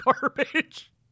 garbage